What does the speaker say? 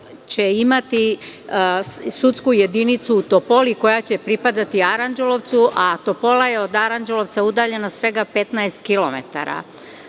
će imati sudsku jedinicu u Topoli koja će pripadati Aranđelovcu, a Topola je od Aranđelovca udaljena svega 15 kilometara.